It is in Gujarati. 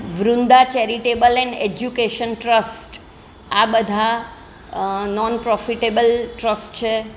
Vrinda charitable and education trust આ બધા નોન પ્રોફિટેબલ ટ્રસ્ટ છે